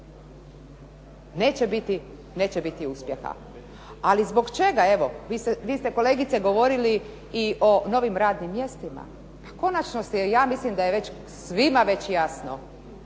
neće biti uspjeha. Ali zbog čega evo, vi ste kolegice govorili i o novim radnim mjestima, konačno je svima je već jasno,